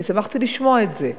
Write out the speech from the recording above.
ואני שמחתי לשמוע את זה.